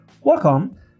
welcome